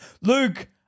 Luke